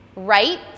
Right